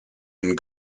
and